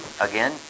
Again